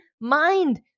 mind